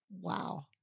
Wow